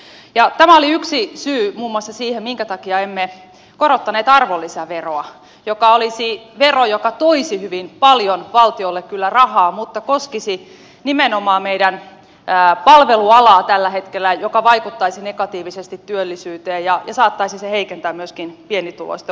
muun muassa tämä oli yksi syy siihen minkä takia emme korottaneet arvonlisäveroa joka olisi vero joka kyllä toisi hyvin paljon valtiolle rahaa mutta koskisi nimenomaan meidän palvelualaa tällä hetkellä mikä vaikuttaisi negatiivisesti työllisyyteen ja saattaisi se heikentää myöskin pienituloisten ostovoimaa